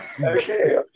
Okay